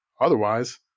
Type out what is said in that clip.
Otherwise